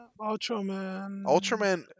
Ultraman